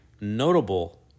notable